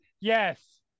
yes